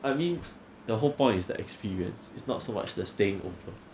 I mean the whole point is the experience it's not so much the staying over